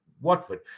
Watford